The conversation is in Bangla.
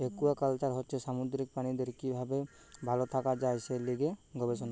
একুয়াকালচার হচ্ছে সামুদ্রিক প্রাণীদের কি ভাবে ভাল থাকা যায় সে লিয়ে গবেষণা